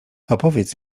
opowiedz